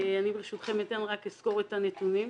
אני ברשותכם רק אסקור את הנתונים.